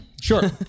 Sure